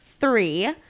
three